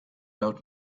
out